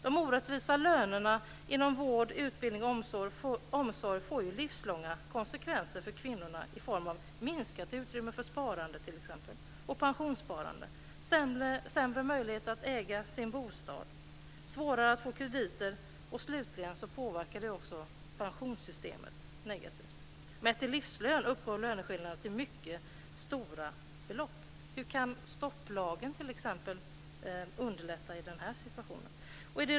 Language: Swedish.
De orättvisa lönerna inom vård, utbildning och omsorg får livslånga konsekvenser för kvinnorna i form av t.ex. minskat utrymme för sparande och pensionssparande, sämre möjligheter att äga sin bostad och svårare att få krediter. Slutligen påverkar det också pensionssystemet negativt. Mätt i livslön uppgår löneskillnaderna till mycket stora belopp. Hur kan t.ex. stopplagen underlätta i den här situationen?